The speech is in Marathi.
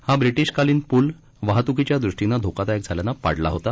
हा ब्रिटीशकालीन प्ल वाहत्कीच्यादृष्टीनं धोकादायक झाल्यानं पाडला होता